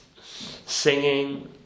singing